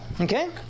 okay